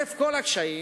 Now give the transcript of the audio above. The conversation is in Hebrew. חרף כל הקשיים,